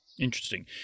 Interesting